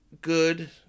Good